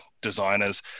designers